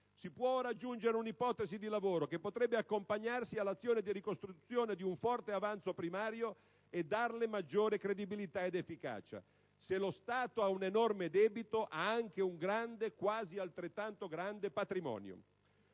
Si può ora aggiungere un'ipotesi di lavoro che potrebbe accompagnarsi all'azione di ricostruzione di un forte avanzo primario, dandole maggiore credibilità ed efficacia: se lo Stato ha un enorme debito, ha anche un grande (quasi altrettanto grande) patrimonio.